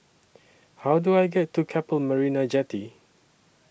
How Do I get to Keppel Marina Jetty